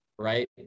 Right